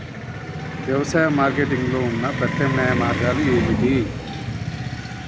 వ్యవసాయ మార్కెటింగ్ లో ఉన్న ప్రత్యామ్నాయ మార్గాలు ఏమిటి?